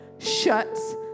Shuts